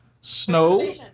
Snow